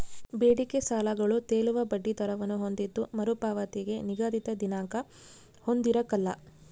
ಬೇಡಿಕೆ ಸಾಲಗಳು ತೇಲುವ ಬಡ್ಡಿ ದರವನ್ನು ಹೊಂದಿದ್ದು ಮರುಪಾವತಿಗೆ ನಿಗದಿತ ದಿನಾಂಕ ಹೊಂದಿರಕಲ್ಲ